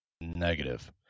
Negative